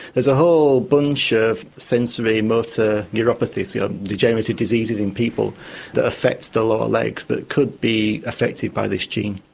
there's a whole bunch of sensory, motor, neuropathies, yeah degenerative diseases in people that affects the lower legs that could be affected by this gene.